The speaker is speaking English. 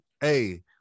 hey